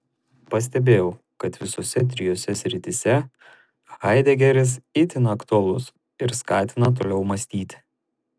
pastebėjau kad visose trijose srityse haidegeris itin aktualus ir skatina toliau mąstyti